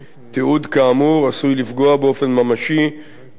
תיעוד כאמור עשוי לפגוע באופן ממשי באיכות